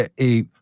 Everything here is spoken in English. a-